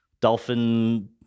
dolphin